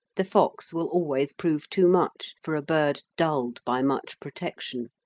the fox will always prove too much for a bird dulled by much protection,